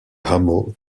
hameau